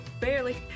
Barely